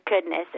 goodness